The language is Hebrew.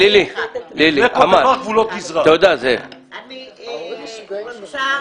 אני רוצה